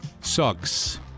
sucks